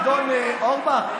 אדון אורבך,